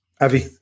Avi